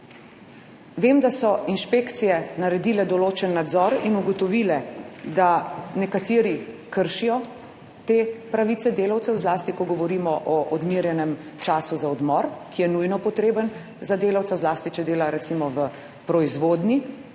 Vem, da so inšpekcije naredile določen nadzor in ugotovile, da nekateri kršijo te pravice delavcev, zlasti ko govorimo o odmerjenem času za odmor, ki je nujno potreben za delavca, zlasti če dela recimo v proizvodnji.